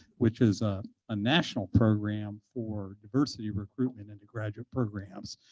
which is a ah national program for diversity recruitment into graduate programs.